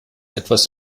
etwas